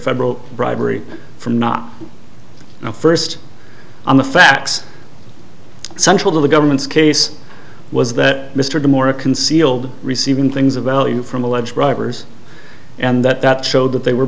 federal bribery from not first on the facts central to the government's case was that mr de moore a concealed receiving things of value from alleged robbers and that showed that they were